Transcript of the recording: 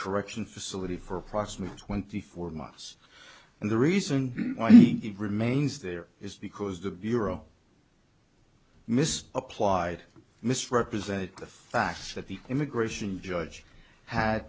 correction facility for approximately twenty four months and the reason it remains there is because the bureau mis applied misrepresented the facts that the immigration judge had